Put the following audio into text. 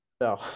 No